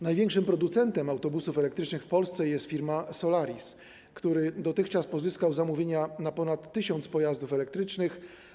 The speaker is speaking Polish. Największym producentem autobusów elektrycznych w Polsce jest firma Solaris, która dotychczas pozyskała zamówienia na ponad 1 tys. pojazdów elektrycznych.